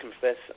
confess